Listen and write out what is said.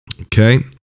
Okay